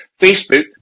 Facebook